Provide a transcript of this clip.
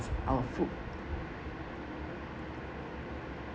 our food